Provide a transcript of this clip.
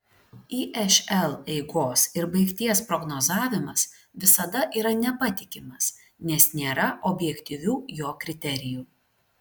išl eigos ir baigties prognozavimas visada yra nepatikimas nes nėra objektyvių jo kriterijų